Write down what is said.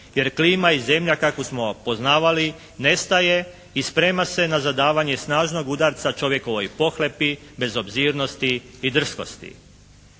Jer klima i Zemlja kakvu smo poznavali nestaje i sprema se na zadavanje snažnog udarca čovjekovoj pohlepi, bezobzirnosti i drskosti.